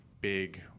big